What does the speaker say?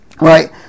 Right